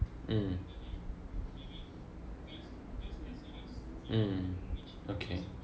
mm mm okay